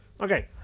Okay